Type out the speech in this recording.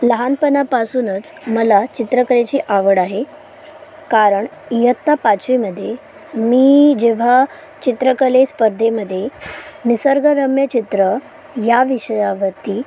लहानपणापासूनच मला चित्रकलेची आवड आहे कारण इयत्ता पाचवीमध्ये मी जेव्हा चित्रकला स्पर्धेमध्ये निसर्गरम्य चित्र या विषयावरती